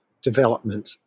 development